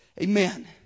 amen